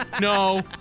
No